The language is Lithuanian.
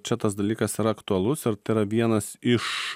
čia tas dalykas yra aktualus ir tai yra vienas iš